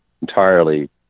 entirely